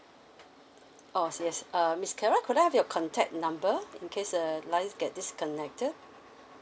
oh yes miss clara could I have your contact number in case uh your line get disconnected